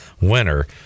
winner